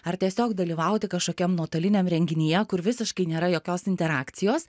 ar tiesiog dalyvauti kažkokiam nuotoliniam renginyje kur visiškai nėra jokios interakcijos